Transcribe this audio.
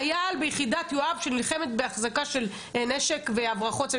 חייל ביחידת יואב שנלחמת בהחזקה של נשק והברחות.